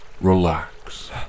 Relax